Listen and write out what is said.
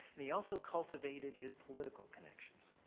and he also cultivated his political connections.